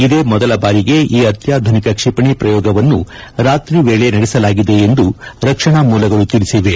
ಇದೇ ಮೊದಲ ಬಾರಿಗೆ ಈ ಅತ್ಯಾಧುನಿಕ ಕ್ಷಿಪಣಿ ಪ್ರಯೋಗವನ್ನು ರಾತ್ರಿ ವೇಳೆ ನಡೆಸಲಾಗಿದೆ ಎಂದು ರಕ್ಷಣಾ ಮೂಲಗಳು ತಿಳಿಸಿವೆ